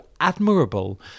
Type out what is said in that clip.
admirable